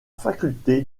faculté